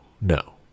no